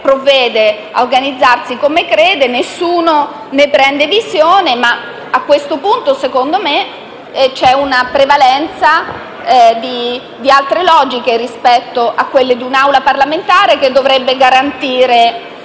provvede ad organizzarsi come crede e nessuno ne prende visione. A questo punto, secondo me, prevalgono altre logiche rispetto a quelle di un'Aula parlamentare che dovrebbe garantire